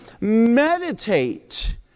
Meditate